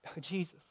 Jesus